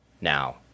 now